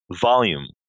volume